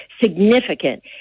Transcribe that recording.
Significant